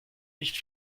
nicht